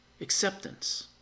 Acceptance